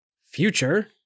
future